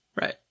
Right